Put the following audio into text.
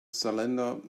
cylinder